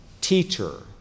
teacher